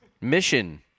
Mission